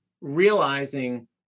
realizing